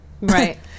Right